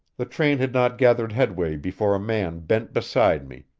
the train had not gathered headway before a man bent beside me,